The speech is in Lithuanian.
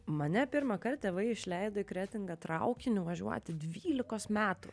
mane pirmą kart tėvai išleido į kretingą traukiniu važiuoti dvylikos metų